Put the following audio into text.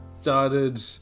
started